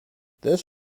this